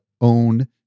own